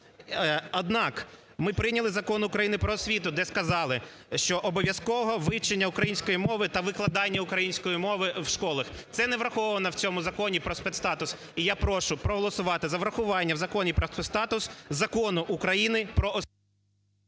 Однак ми прийняли Закон України "Про освіту", де сказали, що обов'язкове вивчення української мови та викладання української мови в школах. Це не враховано в цьому Законі проспецстатус. І я прошу проголосувати за врахування в Законі про спецстатус Закону України "Про освіту".